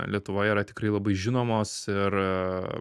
lietuvoje yra tikrai labai žinomos ir